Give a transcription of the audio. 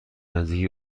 نزدیکی